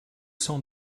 cent